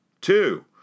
Two